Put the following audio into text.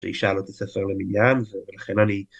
שאישה לא תספר למניין ולכן אני